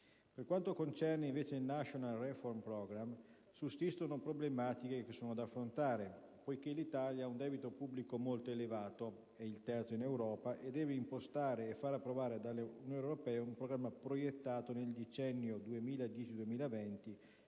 Per quanto concerne il *National Reform Programme*, sussistono problematiche da affrontare, poiché l'Italia ha un debito pubblico molto elevato (il terzo in Europa) e deve impostare e far approvare dall'Unione europea un programma proiettato nel decennio 2010-2020